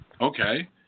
okay